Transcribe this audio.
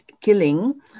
killing